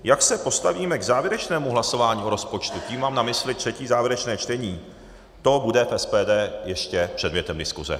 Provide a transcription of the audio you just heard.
Jak se postavíme k závěrečnému hlasování o rozpočtu, tím mám na mysli třetí, závěrečné čtení, to bude v SPD ještě předmětem diskuse.